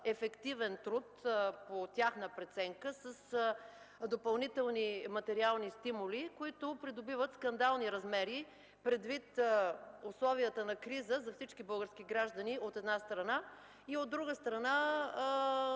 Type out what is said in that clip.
„ефективен труд” по тяхна преценка с допълнителни материални стимули, които придобиват скандални размери предвид условията на криза за всички български граждани, от една страна; а от друга страна,